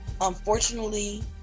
unfortunately